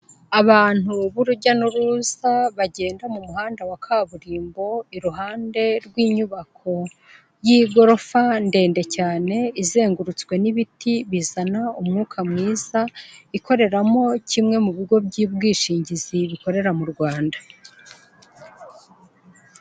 Abantu b'urujya n'uruza bagenda mu muhanda wa kaburimbo, iruhande rw'inyubako y'igorofa ndende cyane izengurutswe n'ibiti bizana umwuka mwiza, ikoreramo kimwe mu bigo by'ubwishingizi bikorera mu Rwanda.